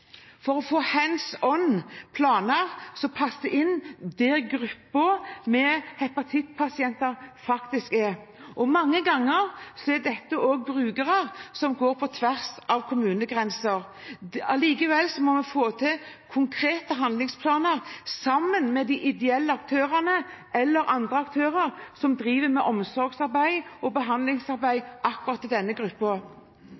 Mange ganger er dette brukere på tvers av kommunegrenser. Likevel må vi få til konkrete handlingsplaner, sammen med de ideelle aktørene eller andre aktører som driver med omsorgsarbeid og